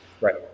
right